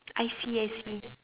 I see I see